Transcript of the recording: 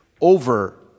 over